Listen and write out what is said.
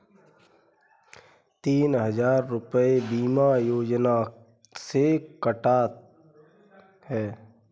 तीन हजार रूपए बीमा योजना के कटा है